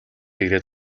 ирээд